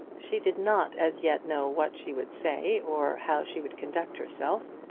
she did not as yet know what she would say or how she would conduct herself.